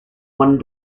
one